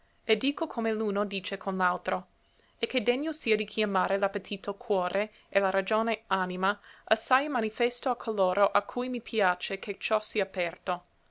e dico come l'uno dice con l'altro e che degno sia di chiamare l'appetito cuore e la ragione anima assai è manifesto a coloro a cui mi piace che ciò sia aperto